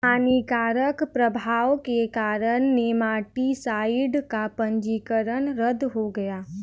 हानिकारक प्रभाव के कारण नेमाटीसाइड का पंजीकरण रद्द हो गया